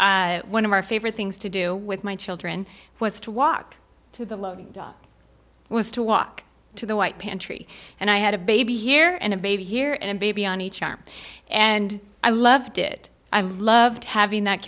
one of our favorite things to do with my children was to walk to the load was to walk to the white pantry and i had a baby here and a baby here and a baby on each arm and i loved it i loved having that